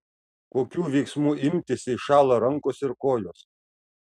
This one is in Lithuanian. kokių veiksmų imtis jei šąla rankos ir kojos